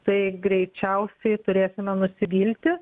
tai greičiausiai turėsime nusivilti